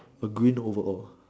a green overall